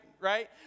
right